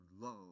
love